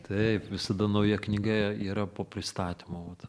taip visada nauja knyga yra po pristatymo vat